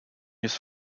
his